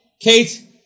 Kate